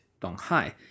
Donghai